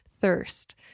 thirst